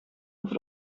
over